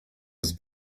his